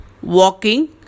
walking